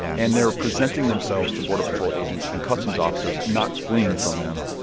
and they're presenting themselves to border patrol agents and customs officers, not fleeing from them.